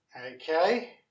Okay